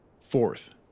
Fourth